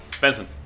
Benson